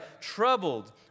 troubled